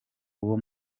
uwo